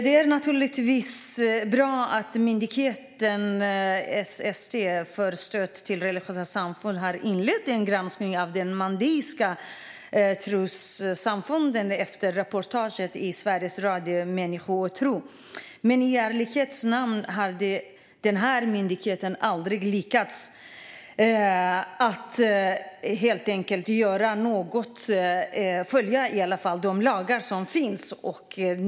Det är naturligtvis bra att Myndigheten för stöd till trossamfund, SST, har inlett en granskning av Mandeiska trossamfundet efter reportaget i Sveriges Radios Människor och tro . I ärlighetens namn har myndigheten aldrig lyckats följa de lagar som finns.